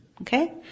Okay